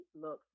looks